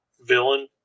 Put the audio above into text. villain